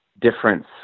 difference